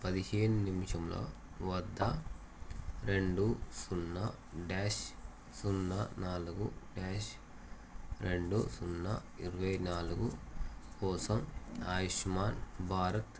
పదిహేను నిముషముల వద్ద రెండు సున్నా డ్యాష్ సున్నా నాలుగు డ్యాష్ రెండు సున్నా ఇరవై నాలుగు కోసం ఆయుష్మాన్ భారత్